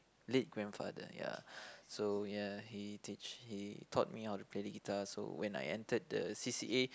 late grandfather ya so ya he teach he taught me how to play the guitar so when I entered the c_c_a